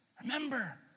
remember